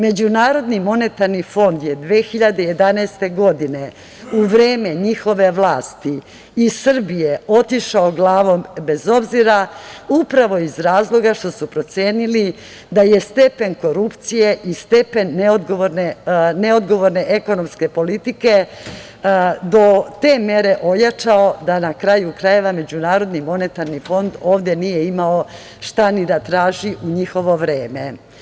Međunarodni monetarni fond je 2011. godine, u vreme njihove vlasti, iz Srbije otišao glavom bez obzira, upravo iz razloga što su procenili da je stepen korupcije i stepen neodgovorne ekonomske politike do te mere ojačao da, na kraju krajeva, Međunarodni monetarni fond ovde nije imao šta ni da traži u njihovo vreme.